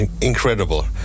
incredible